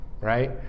right